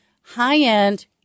high-end